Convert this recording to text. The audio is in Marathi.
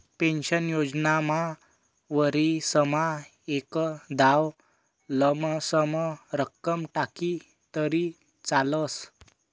पेन्शन योजनामा वरीसमा एकदाव लमसम रक्कम टाकी तरी चालस